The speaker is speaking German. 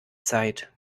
zeit